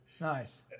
Nice